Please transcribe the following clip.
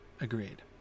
Agreed